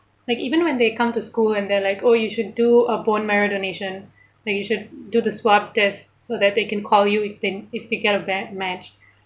like even when they come to school and they're like oh you should do a bone marrow donation like you should do the swab test so that they can call you if they if they get a bad match